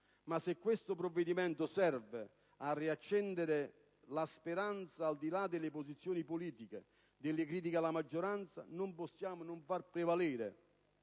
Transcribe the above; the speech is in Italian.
ma se questo provvedimento serve a riaccendere la speranza, al di là delle posizioni politiche e delle critiche alla maggioranza, non possiamo non far prevalere,